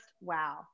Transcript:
wow